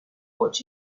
what